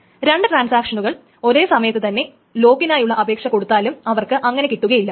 രണ്ട് ട്രാൻസാക്ഷനുകൾ ഒരേ സമയത്ത് തന്നെ ലോക്കിനായുള്ള അപേക്ഷ കൊടുത്താലും അവർക്ക് അങ്ങനെ കിട്ടുകയില്ല